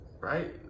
right